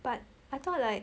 but I thought like